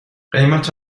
قیمت